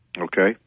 Okay